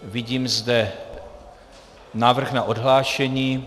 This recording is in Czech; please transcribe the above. Vidím zde návrh na odhlášení.